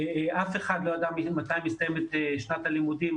אף אחד לא ידע בדיוק מתי מסתיימת שנת הלימודים,